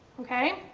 okay.